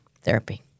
therapy